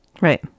Right